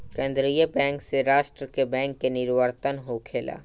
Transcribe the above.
केंद्रीय बैंक से राष्ट्र के बैंक के निवर्तन होखेला